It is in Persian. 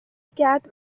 کرد